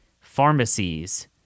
pharmacies